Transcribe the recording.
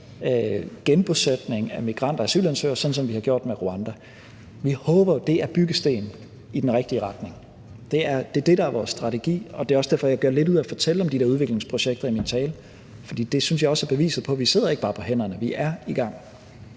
genbosætning af migranter og asylansøgere, sådan som vi har gjort i Rwanda. Vi håber, at det er trædesten i den rigtige retning. Det er det, der er vores strategi, og det er også derfor, at jeg gjorde lidt ud af i min tale at fortælle om de udviklingsprojekter, for det synes jeg også er beviset på, at vi ikke bare sidder på hænderne. Vi er i gang.